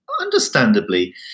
understandably